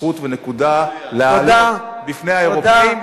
זכות ונקודה להעלות בפני האירופים,